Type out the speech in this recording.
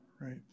Right